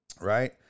right